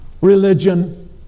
religion